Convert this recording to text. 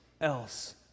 else